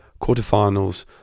quarterfinals